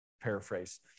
paraphrase